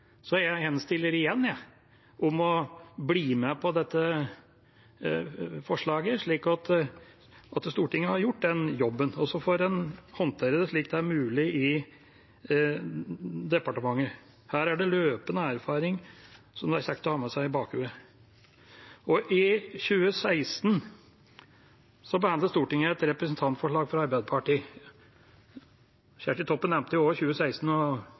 Jeg henstiller igjen om å bli med på dette forslaget, slik at Stortinget har gjort den jobben. Og så får en håndtere det slik det er mulig i departementet. Dette er løpende erfaring som det er kjekt å ha i bakhodet. I 2016 behandlet Stortinget et representantforslag fra Arbeiderpartiet. Representanten Kjersti Toppe nevnte også 2016 og